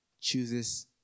chooses